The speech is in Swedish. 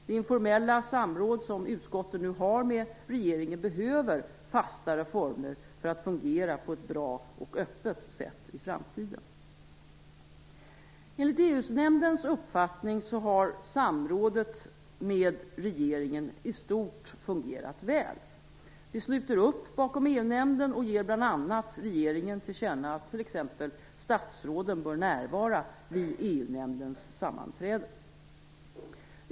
Det informella samråd som utskotten nu har med regeringen behöver fastare former för att fungera på ett bra och öppet sätt i framtiden. Enligt EU-nämndens uppfattning har samrådet med regeringen i stort fungerat väl. Vi sluter upp bakom EU-nämnden och ger bl.a. regeringen till känna att t.ex. statsråden bör närvara vid EU-nämndens sammanträden.